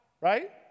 right